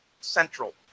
central